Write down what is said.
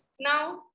now